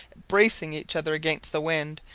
bracing each other against the wind,